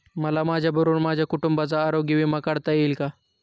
मला माझ्याबरोबर माझ्या कुटुंबाचा आरोग्य विमा काढता येईल का?